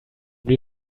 die